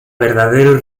verdadero